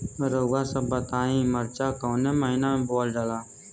रउआ सभ बताई मरचा कवने महीना में बोवल जाला?